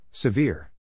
Severe